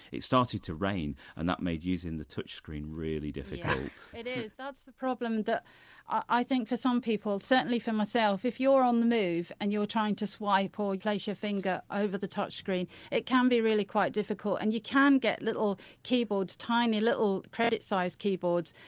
it started to rain and that made using the touchscreen really difficult it is, that's the problem that i think for some people certainly certainly for myself if you're on the move and you're trying to swipe or place your finger over the touchscreen it can be really quite difficult and you can get little keyboards, tiny little credit sized keyboards,